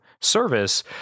service